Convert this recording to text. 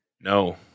No